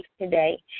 today